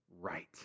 Right